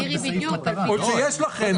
ואני רוצה להבין מהתוכנית שלכם